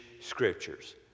scriptures